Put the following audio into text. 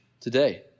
today